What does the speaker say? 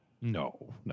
No